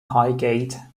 highgate